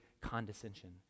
condescension